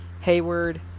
Hayward